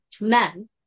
men